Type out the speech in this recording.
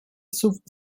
sub